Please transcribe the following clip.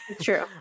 True